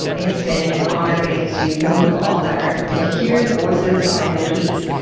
it has been an honor getting to know you all better and to hear the voices behind the tweets.